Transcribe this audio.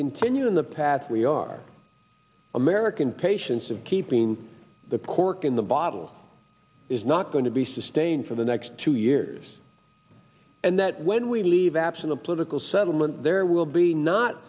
continue in the path we are american patience of keeping the cork in the bottle is not going to be sustained for the next two years and that when we leave absent a political settlement there will